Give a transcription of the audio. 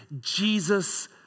Jesus